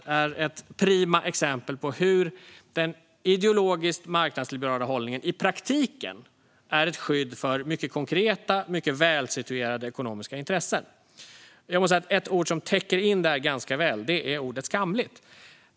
Detta är ett prima exempel på att den ideologiskt marknadsliberala hållningen i praktiken är ett skydd för mycket konkreta, mycket välsituerade ekonomiska intressen. Ett ord som täcker det här ganska väl är "skamligt".